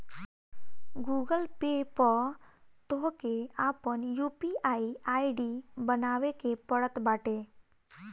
Google Pay पअ तोहके आपन यू.पी.आई आई.डी बनावे के पड़त बाटे